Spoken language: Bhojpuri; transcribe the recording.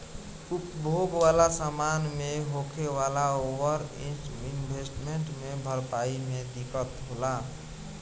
उपभोग वाला समान मे होखे वाला ओवर इन्वेस्टमेंट के भरपाई मे दिक्कत होला